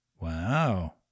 Wow